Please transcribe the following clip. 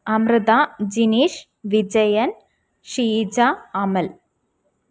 Amrita Jineesh Vijayan Sheeja Amal